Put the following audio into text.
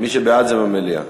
מי שבעד זה במליאה?